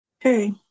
okay